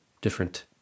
different